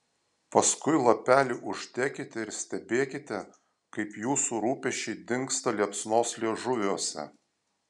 paskui lapelį uždekite ir stebėkite kaip jūsų rūpesčiai dingsta liepsnos liežuviuose